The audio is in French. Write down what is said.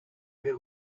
mais